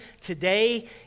Today